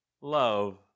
love